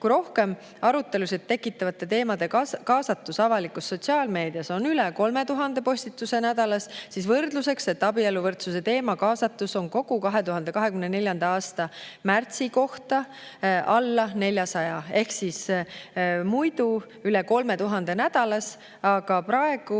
Rohkem arutelusid tekitavate teemade kaasatus avalikus sotsiaalmeedias on üle 3000 postituse nädalas. Võrdluseks: abieluvõrdsuse teema kaasatus oli kogu 2024. aasta märtsi kohta alla 400. Ehk muidu üle 3000 nädalas, aga praegu,